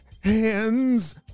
hands